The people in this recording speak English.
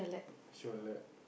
she'll let